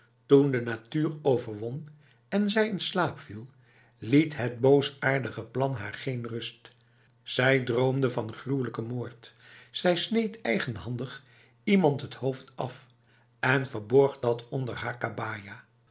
toen de natuur overwon en zij in slaap viel liet het boosaardige plan haar geen rust zij droomde van gruwelijke moord zij sneed eigenhandig iemand het hoofd af en verborg dat onder haar kabaja